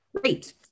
Great